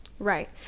Right